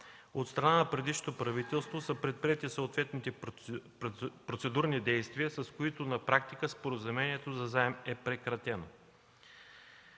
От страна на предишното правителство са предприети съответните процедурни действия, с които на практика споразумението за заем е прекратено.